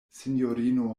sinjorino